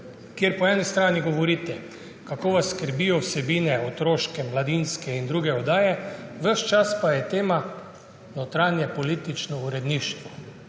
kjer po eni strani govorite, kako vas skrbijo vsebine, otroške, mladinske in druge oddaje, ves čas pa je tema notranjepolitično uredništvo.